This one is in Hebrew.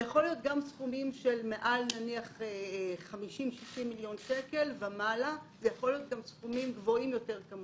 זה יכול להיות בסכומים של 50,60 מיליון שקל ובסכומים גבוהים יותר,